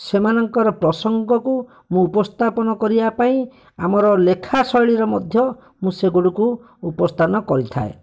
ସେମାନଙ୍କର ପ୍ରସଙ୍ଗକୁ ମୁଁ ଉପସ୍ଥାପନ କରିବାପାଇଁ ଆମର ଲେଖା ଶୈଳୀରେ ମଧ୍ୟ ମୁଁ ସେଗୁଡ଼ିକୁ ଉପସ୍ଥାନ କରିଥାଏ